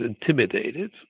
intimidated